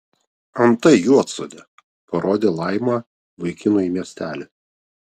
antai juodsodė parodė laima vaikinui miestelį